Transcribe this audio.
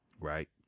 Right